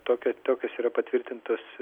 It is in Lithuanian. tokio tokios yra patvirtintos